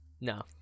no